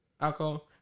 alcohol